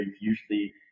usually